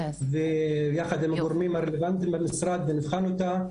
יחד עם הגורמים הרלוונטיים במשרד ואנחנו נבחן אותה.